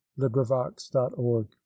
LibriVox.org